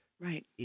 Right